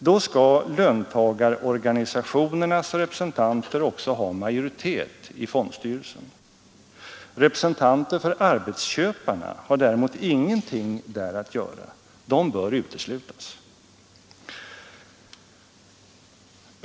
Då skall löntagarorganisationernas representanter också ha majoritet i fondstyrelsen. Representanter för arbetsköparna har däremot ingenting här att göra. De bör uteslutas.